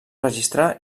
registrar